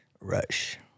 Rush